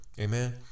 Amen